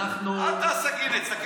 אל תעשה ככה.